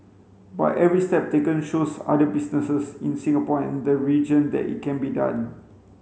but every step taken shows other businesses in Singapore and the region that it can be done